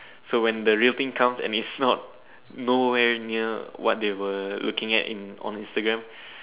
so when the real things comes and it's not nowhere near what they were looking at in on Instagram